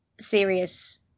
Serious